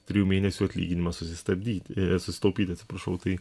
trijų mėnesių atlyginimą susistabdyti susitaupyti atsiprašau tai